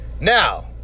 Now